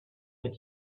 but